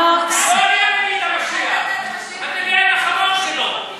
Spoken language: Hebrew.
כל יום מביאים את המשיח, אתם ליד החמור שלו.